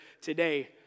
today